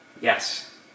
Yes